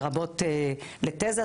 לרבות לתזה,